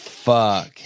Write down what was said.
Fuck